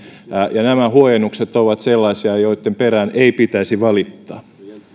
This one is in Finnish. ja nämä huojennukset ovat sellaisia joitten perään ei pitäisi valittaa